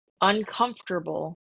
uncomfortable